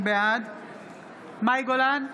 בעד מאי גולן,